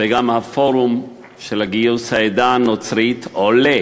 וגם מהפורום לגיוס העדה הנוצרית, עולה